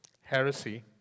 heresy